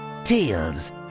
Tales